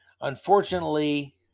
unfortunately